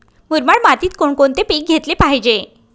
मुरमाड मातीत कोणकोणते पीक घेतले पाहिजे?